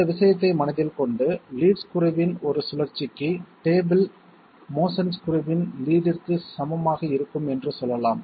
இந்த விஷயத்தை மனதில் கொண்டு லீட் ஸ்க்ரூவின் ஒரு சுழற்சிக்கு டேபிள் மோஷன் ஸ்க்ரூவின் லீட்ற்கு சமமாக இருக்கும் என்று சொல்லலாம்